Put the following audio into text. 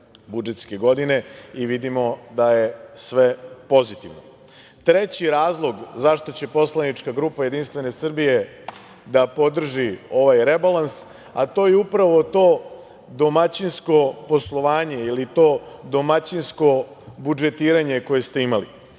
budžetske godine i vidimo da je sve pozitivno. Treći razlog zašto će poslanička grupa JS da podrži ovaj rebalans, a to je upravo to domaćinsko poslovanje ili to domaćinsko budžetiranje koje ste imali.